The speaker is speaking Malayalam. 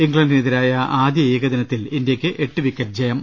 ഇംഗ്ലണ്ടിനെതിരായ ആദ്യ ഏകദിനത്തിൽ ഇന്ത്യക്ക് എട്ട് വിക്കറ്റ് ജയം